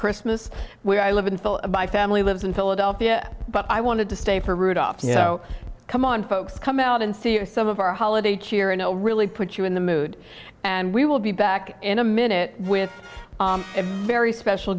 christmas where i live in full of my family lives in philadelphia but i wanted to stay for rudolph so come on folks come out and see some of our holiday cheer and really put you in the mood and we will be back in a minute with a very special